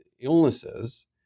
illnesses